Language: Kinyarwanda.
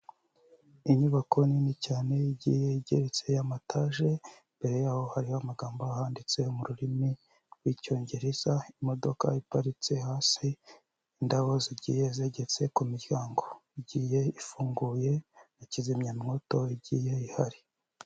Inyubako nini cyane igiye igeretse, amataje, imbere y'aho hariho amagambo ahanditse mu rurimi rw'Icyongereza, imodoka iparitse, hasi indabo zigiye zegetse ku miryango igiye ifunguye na kizimyamwoto igiye ihari.